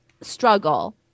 struggle